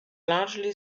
largely